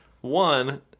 one